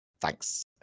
Thanks